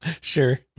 sure